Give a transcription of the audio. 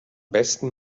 besten